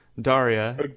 Daria